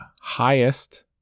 highest